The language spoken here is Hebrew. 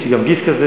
יש לי גם גיס כזה.